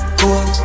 cool